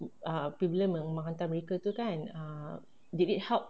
mm ah apabila menghantar mereka tu kan ah did it help